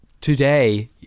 today